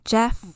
Jeff